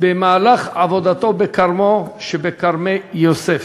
במהלך עבודתו בכרמו שבכרמי-יוסף,